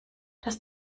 das